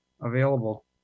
available